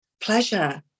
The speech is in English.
pleasure